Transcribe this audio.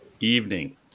evening